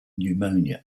pneumonia